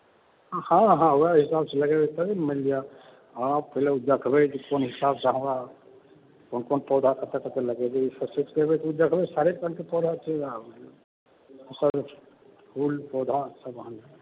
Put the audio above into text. हँ हँ वएह हिसाबसँ लगेबय तबे न मानि लिअ अहाँ पहिने देखबे की कोन हिसाबसँ हमरा कोन कोन पौधा कतय कतय लगेबय ईसभ सोचिके एबय सारे तरहके पौधा छै आब फूल पौधासभ अहाँकें